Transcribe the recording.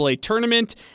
tournament